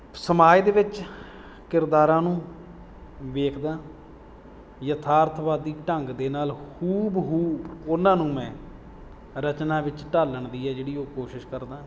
ਸਮਾਜ ਦੇ ਵਿੱਚ ਕਿਰਦਾਰਾਂ ਨੂੰ ਵੇਖਦਾ ਯਥਾਰਥਵਾਦੀ ਢੰਗ ਦੇ ਨਾਲ ਹੂਬਹੂ ਉਹਨਾਂ ਨੂੰ ਮੈਂ ਰਚਨਾ ਵਿੱਚ ਢਾਲਣ ਦੀ ਹੈ ਜਿਹੜੀ ਉਹ ਕੋਸ਼ਿਸ਼ ਕਰਦਾ